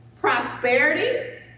prosperity